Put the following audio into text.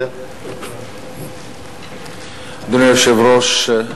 אדוני היושב-ראש,